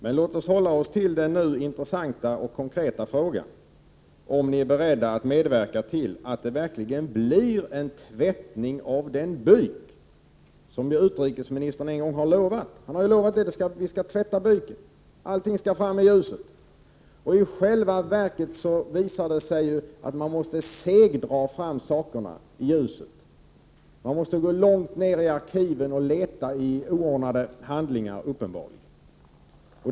Men låt oss hålla oss till den nu intressanta, konkreta frågan om ni är beredda att medverka till att det verkligen blir en sådan tvättning av byken som utrikesministern en gång utlovat. Han har ju lovat att byken skall tvättas och att allt skall fram i ljuset. I själva verket visar det sig att man måste segdra för att få fram sakerna i ljuset. Man måste uppenbarligen gå långt ner i arkiven och leta bland oordnade handlingar.